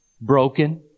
broken